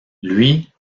lui